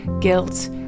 guilt